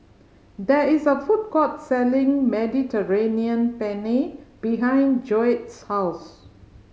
there is a food court selling Mediterranean Penne behind Joette's house